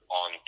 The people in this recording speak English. on